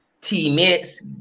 teammates